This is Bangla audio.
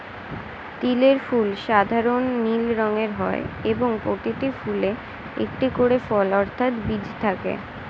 তিলের ফুল সাধারণ নীল রঙের হয় এবং প্রতিটি ফুলে একটি করে ফল অর্থাৎ বীজ থাকে